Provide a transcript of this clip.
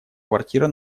квартира